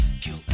Kill